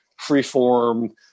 freeform